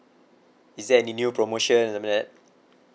is there any new promotion something like that